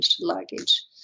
luggage